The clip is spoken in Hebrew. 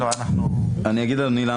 אני אגיד לאדוני,